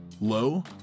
low